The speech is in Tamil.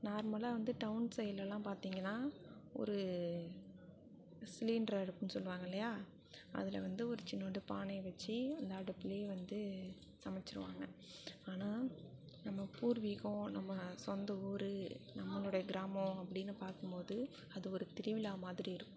நார்மலாக வந்து டவுன் சைட்லலாம் பார்த்திங்கன்னா ஒரு சிலிண்ட்ரு அடுப்புன்னு சொல்லுவாங்க இல்லையா அதில் வந்து ஒரு சின்னோன்டு பானை வச்சு அந்த அடுப்புலையே வந்து சமைச்சிருவாங்க ஆனால் நம்ம பூர்வீகம் நம்ம சொந்த ஊர் நம்மளுடைய கிராமம் அப்படினு பார்க்கும்மோது அது ஒரு திருவிழா மாதிரி இருக்கும்